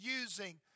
using